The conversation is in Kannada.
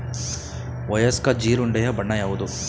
ವಯಸ್ಕ ಜೀರುಂಡೆಯ ಬಣ್ಣ ಯಾವುದು?